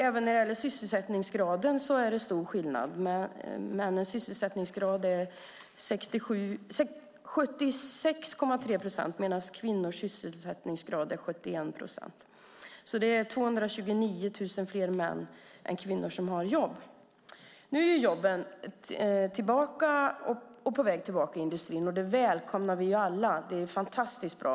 Även när det gäller sysselsättningsgraden är det stor skillnad. Männens sysselsättningsgrad är 76,3 procent medan kvinnornas sysselsättningsgrad är 71 procent. Det är 229 000 fler män än kvinnor som har jobb. Jobben är nu på väg tillbaka i industrin. Det välkomnar vi alla. Det är fantastiskt bra.